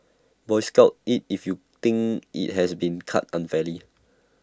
boycott IT if you think IT has been cut unfairly